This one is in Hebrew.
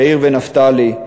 יאיר ונפתלי,